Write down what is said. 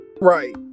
Right